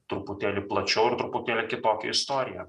truputėlį plačiau ir truputėlį kitokia istorija